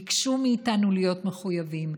ביקשו מאיתנו להיות מחויבים.